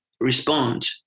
respond